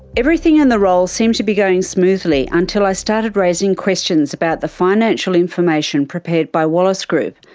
everything in the role seemed to be going smoothly until i started raising questions about the financial information prepared by wallace group.